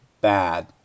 Bad